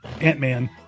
Ant-Man